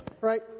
right